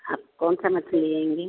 आप कौन सा मछली लेंगी